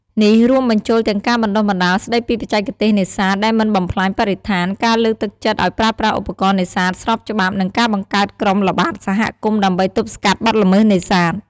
នេះរួមបញ្ចូលទាំងការបណ្តុះបណ្តាលស្តីពីបច្ចេកទេសនេសាទដែលមិនបំផ្លាញបរិស្ថាន ការលើកទឹកចិត្តឱ្យប្រើប្រាស់ឧបករណ៍នេសាទស្របច្បាប់ និងការបង្កើតក្រុមល្បាតសហគមន៍ដើម្បីទប់ស្កាត់បទល្មើសនេសាទ។